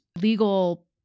legal